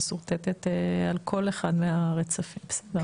שמשורטטת על כל אחד מהרצפים, בסדר.